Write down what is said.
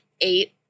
eight